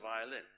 violin